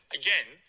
again